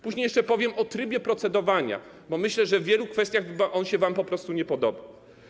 Później jeszcze powiem o trybie procedowania, bo myślę, że w wielu kwestiach on się wam po prostu nie podoba.